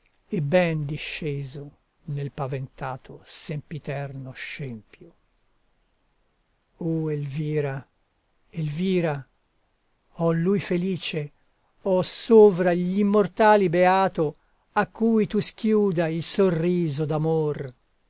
e ben disceso nel paventato sempiterno scempio o elvira elvira oh lui felice oh sovra gl'immortali beato a cui tu schiuda il sorriso